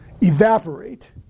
evaporate